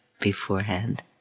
beforehand